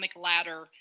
ladder